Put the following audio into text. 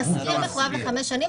המשכיר מחויב לחמש שנים,